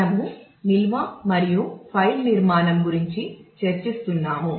మనము నిల్వ మరియు ఫైల్ నిర్మాణం గురించి చర్చిస్తున్నాము